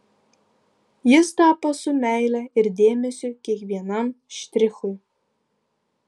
jis tapo su meile ir dėmesiu kiekvienam štrichui